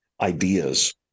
ideas